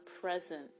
present